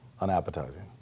unappetizing